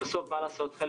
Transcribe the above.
היה כנס